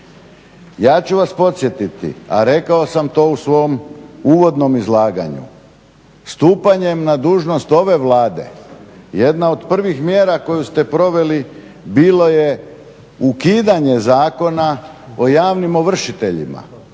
Ja ću vas podsjetiti a rekao sam to u svom uvodnom izlaganju, stupanjem na dužnost ove Vlade, jedna od prvih mjera koju ste proveli bilo je ukidanje zakona o javnim ovršiteljima.